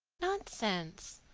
nonsense.